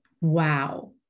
Wow